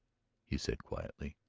he said quietly.